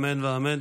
אמן ואמן.